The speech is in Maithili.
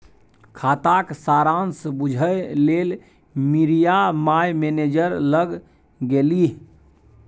खाताक सारांश बुझय लेल मिरिया माय मैनेजर लग गेलीह